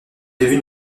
devenue